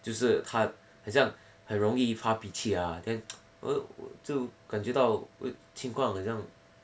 就是他很像很容易发脾气啊 then 我就感觉到情况好像